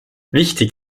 wichtig